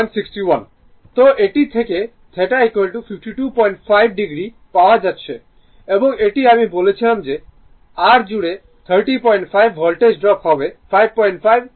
সুতরাং এটি থেকে theta 525o পাওয়া যাচ্ছে এবং এটি আমি বলেছিলাম যে এটি r জুড়ে 305 ভোল্টেজ ড্রপ হবে 55 ভোল্টেজ হবে